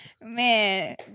Man